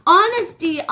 Honesty